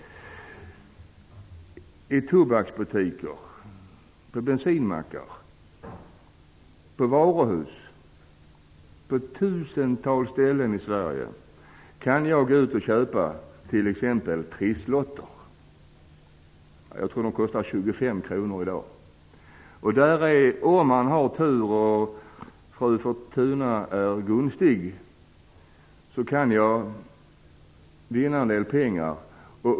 I tobaksbutiker, på bensinmackar och varuhus, på tusentals ställen i Sverige kan man köpa trisslotter. Jag tror att de kostar 25 kr i dag. Om man har tur, om fru Fortuna är gunstig, kan man vinna en del pengar.